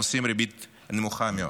הנושאים ריבית נמוכה מאוד.